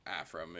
afro